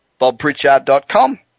bobpritchard.com